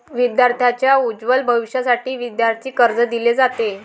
विद्यार्थांच्या उज्ज्वल भविष्यासाठी विद्यार्थी कर्ज दिले जाते